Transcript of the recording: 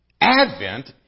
Advent